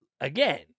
again